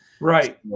Right